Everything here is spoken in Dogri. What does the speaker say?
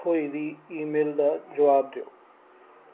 थ्होई दी ईमेल दा जवाब देओ